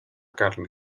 carne